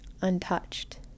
untouched